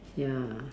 ya